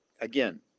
Again